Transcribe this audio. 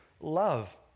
love